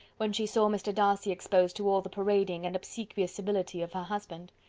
when she saw mr. darcy exposed to all the parading and obsequious civility of her husband.